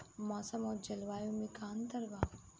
मौसम और जलवायु में का अंतर बा?